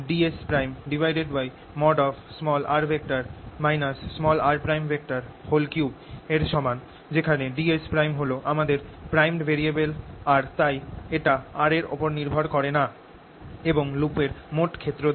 3 এর সমান যেখানে ds হল আমাদের প্রাইমদ ভ্যারিয়েবল আর তাই এটা r এর উপর নির্ভর করে না এবং লুপের মোট ক্ষেত্র দেয়